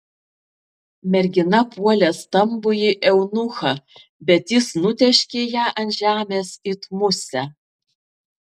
mergina puolė stambųjį eunuchą bet jis nutėškė ją ant žemės it musę